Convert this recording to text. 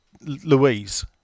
Louise